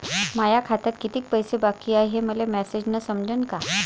माया खात्यात कितीक पैसे बाकी हाय हे मले मॅसेजन समजनं का?